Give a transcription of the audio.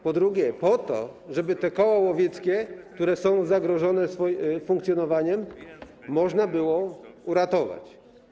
Po drugie, o to, żeby te koła łowieckie, które są zagrożone swoim funkcjonowaniem, można było uratować.